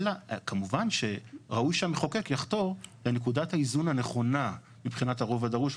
כמובן שראוי שהמחוקק יחתור לנקודת האיזון הנכונה מבחינת הרוב הדרוש.